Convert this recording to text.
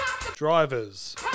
Drivers